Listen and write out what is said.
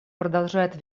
продолжает